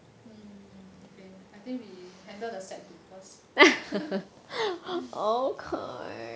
mm okay I think we handle the sad dude first